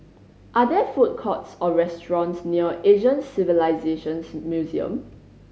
are there food courts or restaurants near Asian Civilisations Museum